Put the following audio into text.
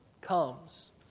comes